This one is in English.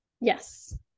Yes